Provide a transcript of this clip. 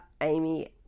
Amy